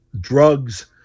drugs